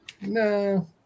No